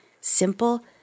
Simple